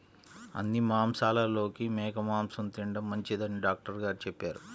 అన్ని మాంసాలలోకి మేక మాసం తిండం మంచిదని డాక్టర్ గారు చెప్పారు